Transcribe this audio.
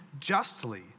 justly